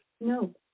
No